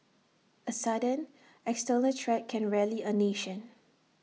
A sudden external threat can rally A nation